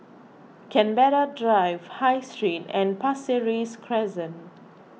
Canberra Drive High Street and Pasir Ris Crescent